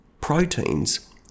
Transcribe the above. proteins